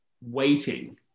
waiting